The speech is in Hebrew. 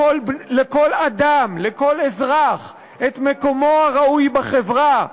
לכל אדם, לכל אזרח את מקומו הראוי בחברה,